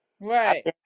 Right